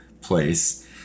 place